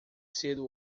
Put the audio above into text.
cedo